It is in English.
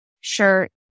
shirt